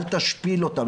אל תשפיל אותם,